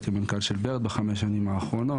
הייתי מנכ"ל של בירד בחמש שנים האחרונות,